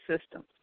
systems